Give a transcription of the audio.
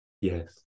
yes